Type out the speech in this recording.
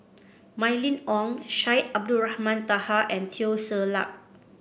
Mylene Ong Syed Abdulrahman Taha and Teo Ser Luck